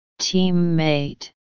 Teammate